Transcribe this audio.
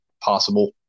possible